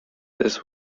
this